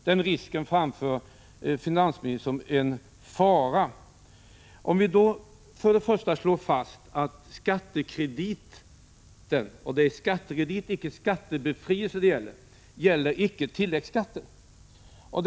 Finansministern framförde denna möjlighet som en fara. Det skall först och främst slås fast att skattekrediten — det är skattekredit och inte skattebefrielse som det handlar om — icke gäller tilläggsskatten.